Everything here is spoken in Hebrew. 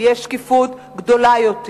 תהיה שקיפות גדולה יותר,